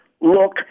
look